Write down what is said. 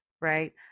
Right